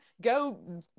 go